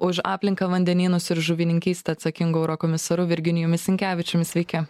už aplinką vandenynus ir žuvininkystę atsakingu eurokomisaru virginijumi sinkevičiumi sveiki